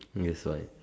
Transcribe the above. that's why